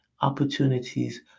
opportunities